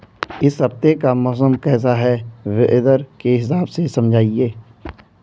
इस हफ्ते का मौसम कैसा है वेदर के हिसाब से समझाइए?